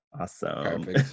Awesome